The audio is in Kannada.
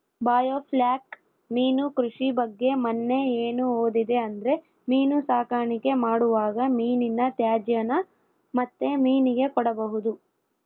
ಬಾಯೋಫ್ಲ್ಯಾಕ್ ಮೀನು ಕೃಷಿ ಬಗ್ಗೆ ಮನ್ನೆ ಏನು ಓದಿದೆ ಅಂದ್ರೆ ಮೀನು ಸಾಕಾಣಿಕೆ ಮಾಡುವಾಗ ಮೀನಿನ ತ್ಯಾಜ್ಯನ ಮತ್ತೆ ಮೀನಿಗೆ ಕೊಡಬಹುದು